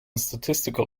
statistical